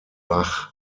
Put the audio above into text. bach